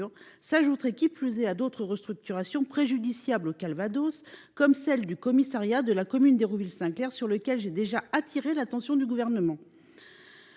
s'ajouterait à d'autres restructurations préjudiciables au Calvados, comme celle du commissariat de la commune d'Hérouville-Saint-Clair à propos de laquelle j'ai déjà attiré l'attention du Gouvernement.